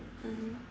mmhmm